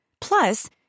Plus